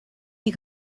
die